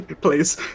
please